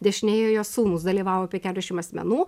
dešinėje jo sūnūs dalyvavo apie keturiasdešim asmenų